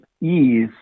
ease